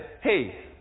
hey